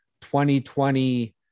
2020